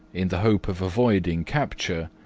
in the hope of avoiding capture,